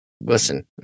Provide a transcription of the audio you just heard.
Listen